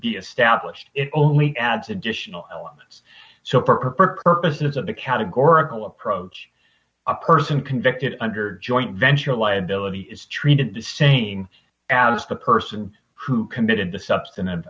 the established it only adds additional elements so for purposes of the categorical approach a person convicted under joint venture liability is treated the same as the person who committed the substance